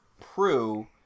Prue